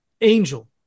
angel